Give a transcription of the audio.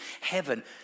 heaven